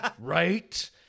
Right